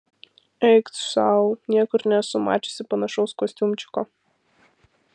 eik tu sau niekur nesu mačiusi panašaus kostiumčiko